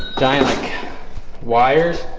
dialing wires